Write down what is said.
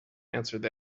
answered